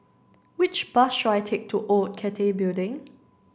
which bus should I take to Old Cathay Building